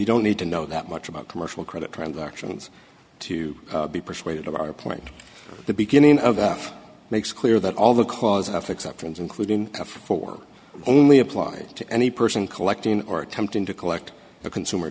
you don't need to know that much about commercial credit transactions to be persuaded of our point the beginning of that makes clear that all the cause of exceptions including the four only apply to any person collecting or attempting to collect the consumer